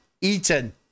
Eaton